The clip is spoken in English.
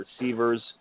receivers